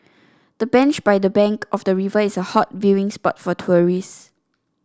the bench by the bank of the river is a hot viewing spot for tourists